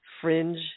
fringe